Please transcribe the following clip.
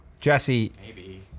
jesse